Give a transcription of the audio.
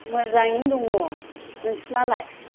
मोजाङैनो दङ नोंसे रनालाय